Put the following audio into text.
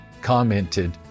commented